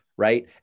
right